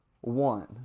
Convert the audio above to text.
one